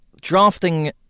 drafting